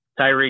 Tyreek